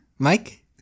Mike